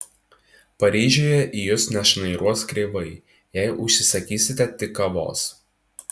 paryžiuje į jus nešnairuos kreivai jei užsisakysite tik kavos